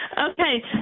Okay